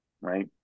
right